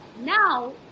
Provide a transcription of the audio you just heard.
Now